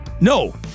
No